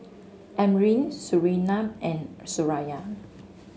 Amrin Surinam and Suraya